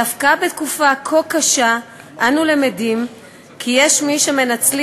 דווקא בתקופה כה קשה אנו למדים כי יש מי שמנצלים